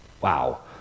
wow